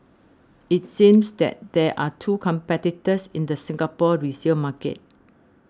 it seems that there are two competitors in the Singapore resale market